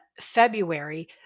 February